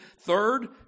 third